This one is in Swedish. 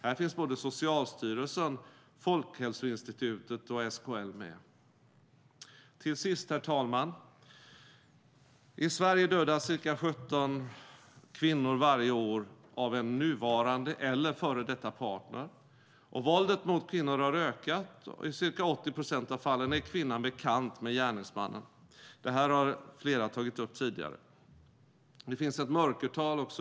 Här finns både Socialstyrelsen, Folkhälsoinstitutet och SKL med. Till sist, herr talman! I Sverige dödas ca 17 kvinnor varje år av en nuvarande eller före detta partner. Våldet mot kvinnor har ökat, och i ca 80 procent av fallen är kvinnan bekant med gärningsmannen. Det här har flera tagit upp tidigare. Det finns ett mörkertal.